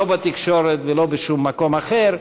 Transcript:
לא בתקשורת ולא בשום מקום אחר.